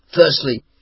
Firstly